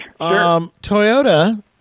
Toyota